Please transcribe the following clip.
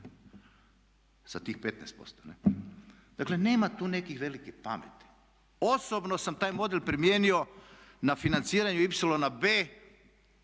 sa tih 15%. Dakle, nema tu neke velike pameti. Osobno sam taj model primijenio na financiranju ipsilona B